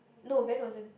no Ben wasn't